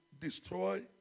destroy